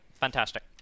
fantastic